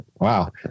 wow